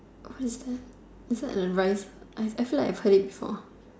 what is that is that a rice I I feel like I have heard it before